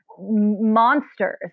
monsters